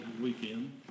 weekend